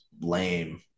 lame